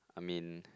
I mean